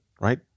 Right